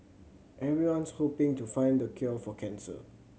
everyone's hoping to find the cure for cancer